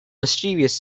mischievous